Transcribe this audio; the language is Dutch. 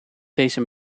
deze